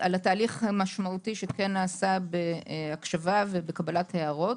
על התהליך המשמעותי שנעשה בהקשבה ובקבלת הערות.